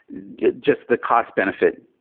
just the cost benefit,